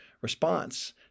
response